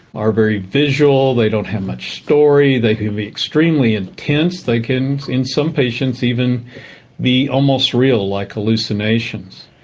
are very visual, they don't have much story, they can be extremely intense, they can in some patients even be almost real, like hallucinations.